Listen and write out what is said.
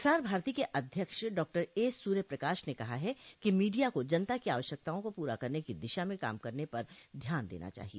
प्रसार भारती के अध्यक्ष डॉक्टर ए सूर्यप्रकाश ने कहा है कि मीडिया को जनता की आवश्यकताओं को पूरा करने की दिशा में काम करने पर ध्यान देना चाहिए